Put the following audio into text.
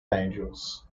angels